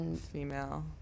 female